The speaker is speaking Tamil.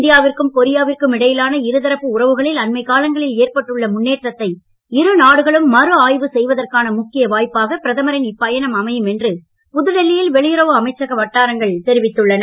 இந்தியாவிற்கும் கொரியாவிற்கும் இடையிலான இருதரப்பு உறவுகளில் அண்மைக் காலங்களில் ஏற்பட்டுள்ள முன்னேற்றத்தை இரு நாடுகளும் மறு ஆய்வு செய்வதற்கான முக்கிய வாய்ப்பாக பிரதமரின் இப்பயணம் அமையும் என்று புதுடில்லியில் வெளியுறவு அமைச்சக வட்டாரங்கள் தெரிவித்துள்ளன